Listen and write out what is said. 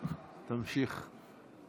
תמשיך.